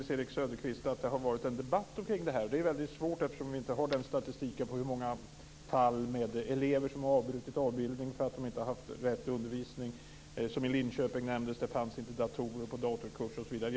Herr talman! Det kan ändå inte ha undgått Nils Erik Söderqvist att det har förts en debatt om det här. Vi har inte någon statistik över i hur många fall elever har avbrutit utbildning därför att de inte har fått rätt undervisning. Det har t.ex. nämnts att det i Linköping inte fanns datorer på datorkursen osv.